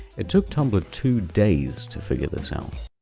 it took tumblr two days to figure this out.